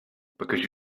because